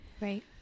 Right